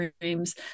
dreams